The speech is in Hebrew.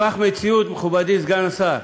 כוח מציאות, מכובדי סגן השר,